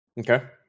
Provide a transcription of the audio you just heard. Okay